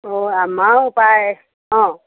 অ আমাৰো পায় অ